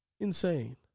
Insane